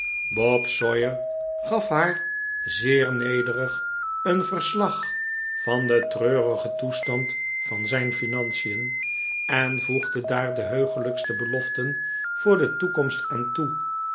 bob sawyer gaf haar zeer nederig een verslag van den treurigen toestand van zijn financien en voegde ciaar de heuglijkste beioften voor de toekomst aan toe